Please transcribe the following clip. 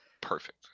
Perfect